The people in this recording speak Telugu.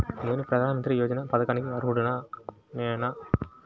నేను ప్రధాని మంత్రి యోజన పథకానికి అర్హుడ నేన?